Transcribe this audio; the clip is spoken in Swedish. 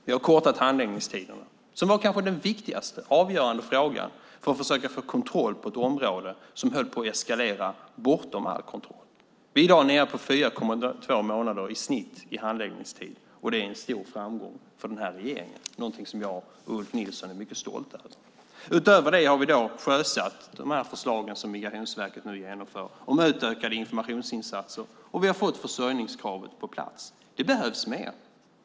Vi har kortat handläggningstiderna, som var den kanske viktigaste och avgörande frågan för att försöka få kontroll på något som höll på att eskalera bortom all kontroll. Vi är i dag nere i 4,2 månader i snitt i handläggningstid. Det är en stor framgång för den här regeringen och någonting som jag och Ulf Nilsson är mycket stolta över. Utöver det har vi i dag sjösatt de förslag som Migrationsverket nu genomför om utökade informationsinsatser, och vi har fått försörjningskravet på plats. Det behövs mer.